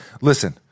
Listen